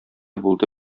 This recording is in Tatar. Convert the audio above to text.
булды